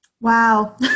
Wow